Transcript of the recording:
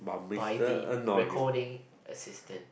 by the recording assistant